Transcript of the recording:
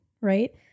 right